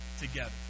together